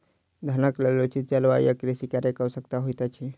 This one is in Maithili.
धानक लेल उचित जलवायु आ कृषि कार्यक आवश्यकता होइत अछि